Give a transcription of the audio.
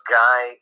guy